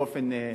באופן,